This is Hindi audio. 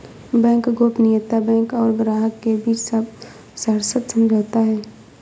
बैंक गोपनीयता बैंक और ग्राहक के बीच सशर्त समझौता है